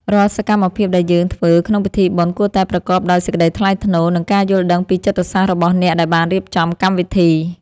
រាល់សកម្មភាពដែលយើងធ្វើក្នុងពិធីបុណ្យគួរតែប្រកបដោយសេចក្តីថ្លៃថ្នូរ និងការយល់ដឹងពីចិត្តសាស្ត្ររបស់អ្នកដែលបានរៀបចំកម្មវិធី។